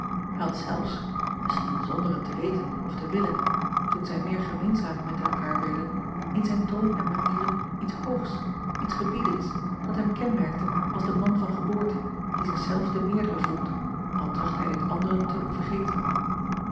zelfs misschien zonder het te weten of te willen toen zij meer gemeenzaam met elkaar werden in zijn toon en manieren iets hoogs iets gebiedends dat hem kenmerkte als den man van geboorte die zich zelf de meerdere voelt al tracht hij dit anderen te doen vergeten